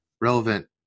relevant